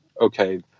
okay